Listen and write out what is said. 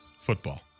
football